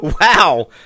Wow